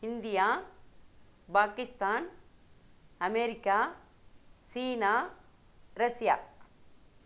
India Pakistan America China Russia